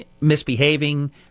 misbehaving